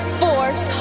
force